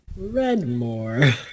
Redmore